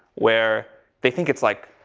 where they think it's like